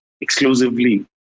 exclusively